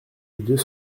deux